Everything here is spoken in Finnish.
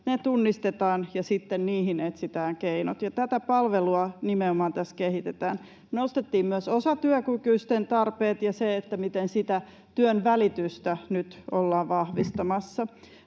tunnistetaan, ja sitten niihin etsitään keinot, ja tätä palvelua nimenomaan tässä kehitetään. Nostettiin myös osatyökykyisten tarpeet ja se, miten sitä työnvälitystä nyt ollaan vahvistamassa.